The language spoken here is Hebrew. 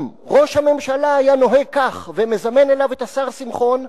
אם ראש הממשלה היה נוהג כך ומזמן אליו את השר שמחון,